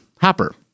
hopper